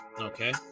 Okay